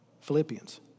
Philippians